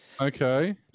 Okay